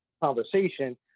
conversation